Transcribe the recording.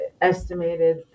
estimated